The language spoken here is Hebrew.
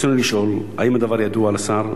רצוני לשאול: 1. האם הדבר ידוע לשר?